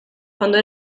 cuando